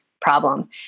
problem